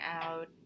out